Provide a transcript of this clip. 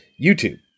YouTube